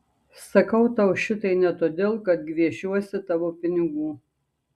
sakau tau šitai ne todėl kad gviešiuosi tavo pinigų